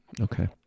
Okay